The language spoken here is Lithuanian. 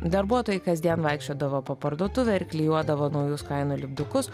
darbuotojai kasdien vaikščiodavo po parduotuvę ir klijuodavo naujus kainų lipdukus